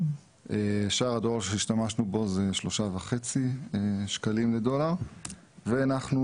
שער הדולר שהשתמשנו בו זה שלושה וחצי שקלים לדולר; והנחנו